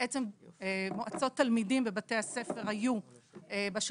בעצם מועצות תלמידים בבתי הספר היו בכל